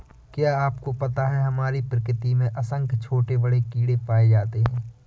क्या आपको पता है हमारी प्रकृति में असंख्य छोटे बड़े कीड़े पाए जाते हैं?